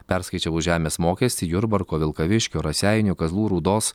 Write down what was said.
perskaičiavus žemės mokestį jurbarko vilkaviškio raseinių kazlų rūdos